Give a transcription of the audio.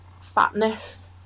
fatness